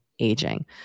aging